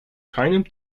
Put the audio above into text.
keinem